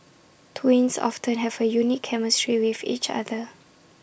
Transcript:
twins often have A unique chemistry with each other